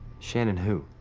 shannon who?